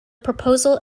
proposal